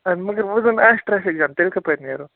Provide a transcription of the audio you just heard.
اَہَن مگر وٕ زَن آسہِ ٹریفِک جام تیٚلہِ کَپٲرۍ نیرو